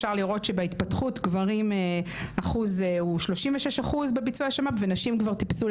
אפשר לראות בהתפתחות גברים הוא 36% בביצוע שמא ונשים כבר טיפסו,